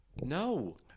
no